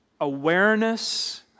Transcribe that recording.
awareness